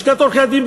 לשכת עורכי-הדין,